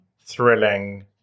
thrilling